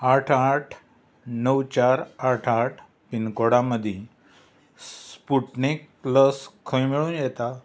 आठ आठ णव चार आठ आठ पिनकोडा मदीं स्पुटनीक लस खंय मेळूं येता